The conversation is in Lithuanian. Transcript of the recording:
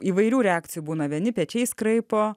įvairių reakcijų būna vieni pečiais kraipo